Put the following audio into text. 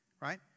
right